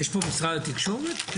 יש פה משרד התקשורת?